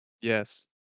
Yes